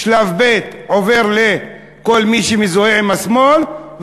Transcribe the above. בשלב ב' עובר לכל מי שמזוהה עם השמאל,